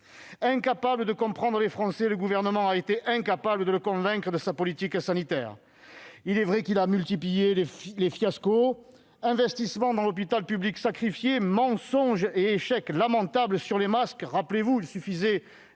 Incapable de comprendre les Français, le Gouvernement a aussi été incapable de le convaincre de l'efficacité de sa politique sanitaire. Il est vrai qu'il a multiplié les fiascos : investissements dans l'hôpital public sacrifiés, mensonges et échecs lamentables sur les masques- rappelez-vous qu'il suffisait